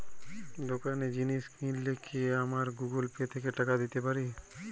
দোকানে জিনিস কিনলে কি আমার গুগল পে থেকে টাকা দিতে পারি?